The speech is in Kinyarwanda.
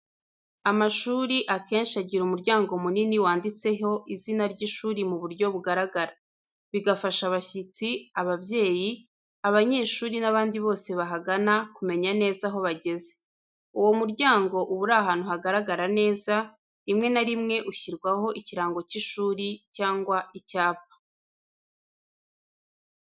Amashuri akenshi agira umuryango munini wanditseho izina ry'ishuri mu buryo bugaragara. Bigafasha abashyitsi, ababyeyi, abanyeshuri n'abandi bose bahagana kumenya neza aho bageze. Uwo muryango uba uri ahantu hagaragara neza, rimwe na rimwe ushyirwaho ikirango cy’ishuri cyangwa icyapa.